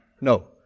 No